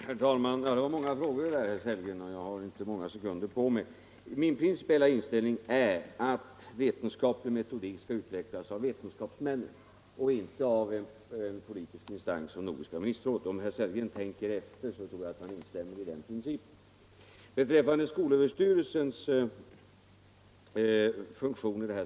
Herr talman! Det var många frågor, herr Sellgren, och jag har inte många sekunder på mig att svara. Min principiella inställning är att vetenskaplig metodik skall utvecklas av vetenskapsmän och inte av en politisk instans som Nordiska ministerrådet. Om herr Sellgren tänker efter tror jag att han instämmer i den principen.